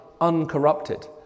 uncorrupted